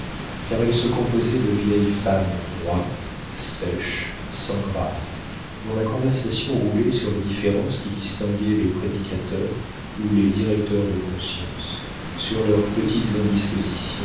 car elle se composait de vieilles femmes droites sèches sans grâce dont la conversation roulait sur les différences qui distinguaient les prédicateurs ou les directeurs de conscience sur leurs petites